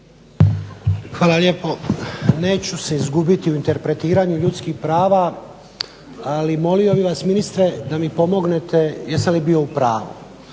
Hvala lijepo. Neću se izgubiti u interpretiranju ljudskih prava ali molio bi vas ministre jesam li bio u pravu.